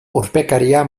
urpekaria